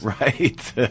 right